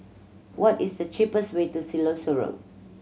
what is the cheapest way to Siloso Road